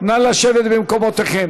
נא לשבת במקומותיכם.